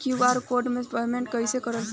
QR code से payment कईसे कर पाएम?